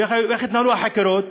ואיך התנהלו החקירות?